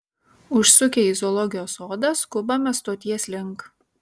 užsukę į zoologijos sodą skubame stoties link